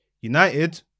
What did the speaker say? United